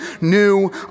new